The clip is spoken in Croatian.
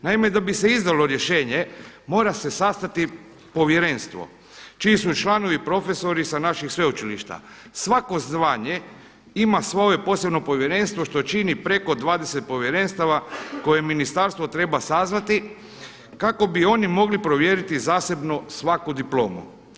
Naime, da bi se izdalo rješenje mora se sastati povjerenstvo čiji su članovi profesori sa naših sveučilišta, svako zvanje ima svoje posebno povjerenstvo što čini preko 20 povjerenstava koje ministarstvo tre sazvati kako bi oni mogli provjeriti zasebno svaku diplomu.